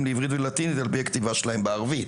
לעברית ולטינית על פי הכתיבה שלהם בערבית.